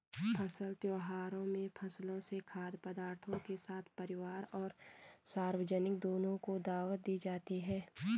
फसल त्योहारों में फसलों से खाद्य पदार्थों के साथ परिवार और सार्वजनिक दोनों को दावत दी जाती है